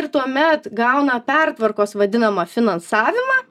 ir tuomet gauna pertvarkos vadinamą finansavimą